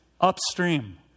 upstream